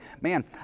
man